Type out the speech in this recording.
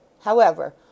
However